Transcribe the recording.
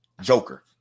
Joker